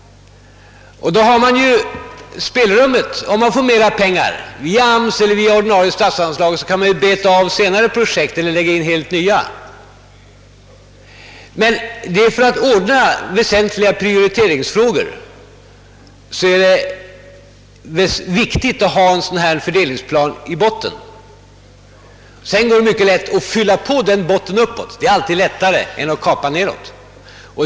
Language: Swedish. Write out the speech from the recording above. Därigenom vinner man spelrum. Om man får mera pengar, via arbetsmarknadsstyrelsen eller via ordinarie statsanslag, kan man beta av senare projekt eller lägga in helt nya. För att ordna väsentliga prioritetsfrågor är det viktigt att ha en sådan fördelningsplan i botten. Sedan går det mycket lätt att fylla på uppåt; det är alltid lättare än att kapa nedåt.